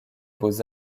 beaux